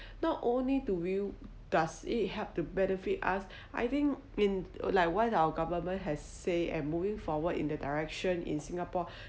not only do we does it help to benefit us I think mean like what our government has said and moving forward in the direction in singapore